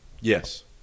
Yes